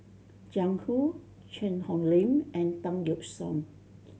Jiang Hu Cheang Hong Lim and Tan Yeok Seong